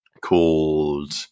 called